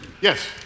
Yes